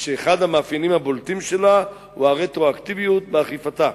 ואחד המאפיינים הבולטים שלה הוא הרטרואקטיביות באכיפתה.